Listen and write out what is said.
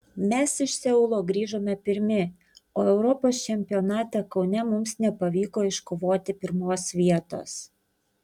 mes iš seulo grįžome pirmi o europos čempionate kaune mums nepavyko iškovoti pirmos vietos